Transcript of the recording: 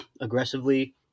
aggressively